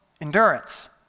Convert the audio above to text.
endurance